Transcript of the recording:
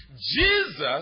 Jesus